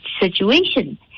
situation